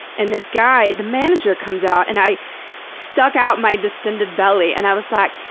and this guy the manager comes out and i stuck out my distended belly and i was like,